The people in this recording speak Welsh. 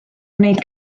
gwneud